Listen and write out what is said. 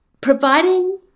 providing